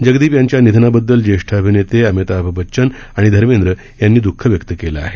जगदीप यांच्या निधनाबददल ज्येष्ठ अभिनेते अमिताभ बच्चन आणि धर्मेद्र यांनी दःख व्यक्त केलं आहे